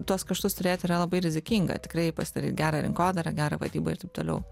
tuos kaštus turėti yra labai rizikinga tikrai pasidaryt gerą rinkodarą gerą vadybą ir taip toliau